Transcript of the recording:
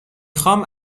خوام